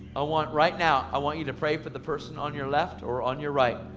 i want right now i want you to pray for the person on your left or on your right.